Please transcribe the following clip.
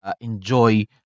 enjoy